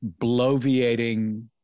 bloviating